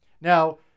Now